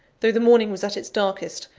though the morning was at its darkest,